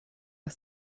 aus